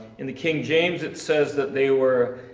in the king james it says that they were,